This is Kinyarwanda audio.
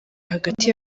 hagati